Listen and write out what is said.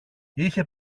είχε